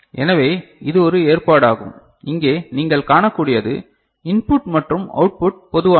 எனவே இது ஒரு ஏற்பாடாகும் இங்கே நீங்கள் காணக்கூடியது இன்புட் மற்றும் அவுட் புட் பொதுவானது